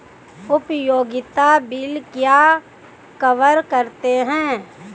उपयोगिता बिल क्या कवर करते हैं?